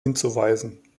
hinzuweisen